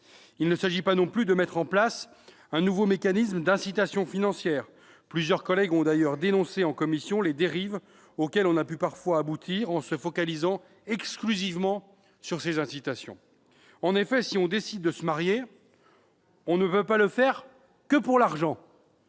Il ne s'agit pas non plus de mettre en place un nouveau mécanisme d'incitations financières. Plusieurs collègues ont d'ailleurs dénoncé, en commission, les dérives auxquelles on a pu parfois aboutir en se focalisant exclusivement sur ces incitations. En effet, si l'on décide de se marier, on ne peut pas le faire uniquement pour l'argent.